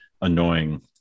annoying